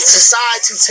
Society